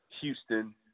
Houston